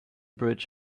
bridge